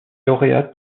lauréate